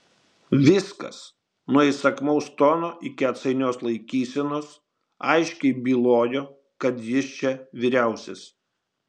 viskas nuo įsakmaus tono iki atsainios laikysenos aiškiai bylojo kad jis čia vyriausias